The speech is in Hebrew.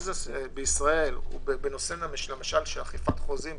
בנושאים של אכיפת חוזים,